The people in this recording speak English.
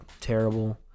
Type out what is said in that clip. terrible